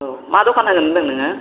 औ मा दखान होगोन होन्दों नोङो